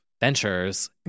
ventures